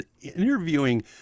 interviewing